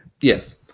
Yes